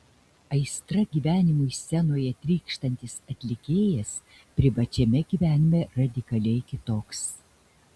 aistra gyvenimui scenoje trykštantis atlikėjas privačiame gyvenime radikaliai kitoks